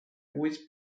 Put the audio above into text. always